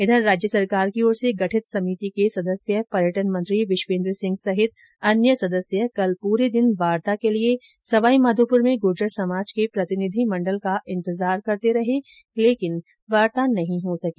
इधर राज्य सरकार की ओर से गठित समिति के सदस्य पर्यटन मंत्री विश्वेन्द्र सिंह सहित अन्य सदस्य कल पूरे दिन वार्ता के लिये सवाईमाधोपुर में गुर्जर समाज के प्रतिनिधि मंडल का इंतजार करते रहे लेकिन वार्ता नहीं हो सकी